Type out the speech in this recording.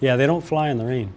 yeah they don't fly in the rain